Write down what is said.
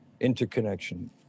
interconnection